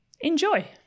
Enjoy